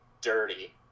dirty